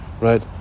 Right